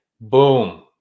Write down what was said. Boom